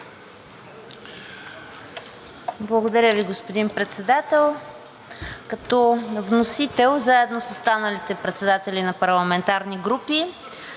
Благодаря Ви, господин Председател! Като вносител, заедно с останалите председатели на парламентарни групи,